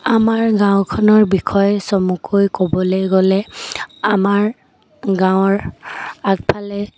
আমাৰ গাঁৱখনৰ বিষয়ে চমুকৈ ক'বলৈ গ'লে আমাৰ গাঁৱৰ আগফালে